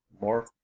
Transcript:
more